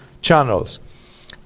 channels